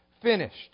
finished